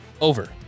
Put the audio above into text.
over